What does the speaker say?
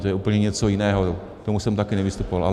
To je úplně něco jiného, k tomu jsem také nevystupoval.